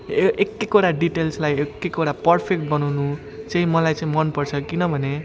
ए एक एकवटा डिटेल्सलाई एक एकवटा पर्फेक्ट बनाउनु चाहिँ मलाई चाहिँ मनपर्छ किनभने